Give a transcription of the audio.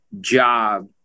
job